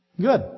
good